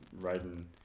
riding